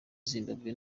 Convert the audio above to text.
zimbabwe